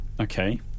okay